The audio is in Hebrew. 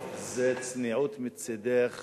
קודם כול, זה צניעות מצדך